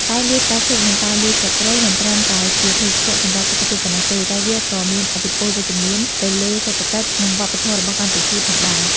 តែលាយផ្កាឈូកនិងតែលាយស្លឹកគ្រៃមិនត្រឹមតែជាភេសជ្ជៈសម្រាប់សុខភាពប៉ុណ្ណោះទេ តែវាក៏មានឥទ្ធិពលវិជ្ជមានទៅលើសេដ្ឋកិច្ច និងវប្បធម៌ របស់កម្ពុជាផងដែរ។